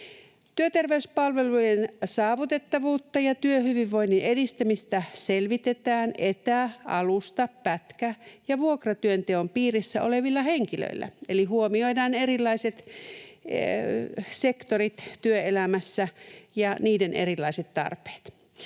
Työterveyspalvelujen saavutettavuutta ja työhyvinvoinnin edistämistä selvitetään etä-, alusta-, pätkä- ja vuokratyönteon piirissä olevilla henkilöillä.” Eli huomioidaan erilaiset sektorit työelämässä ja niiden erilaiset tarpeet.